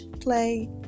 play